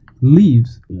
leaves